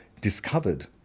discovered